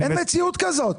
אין מציאות כזאת.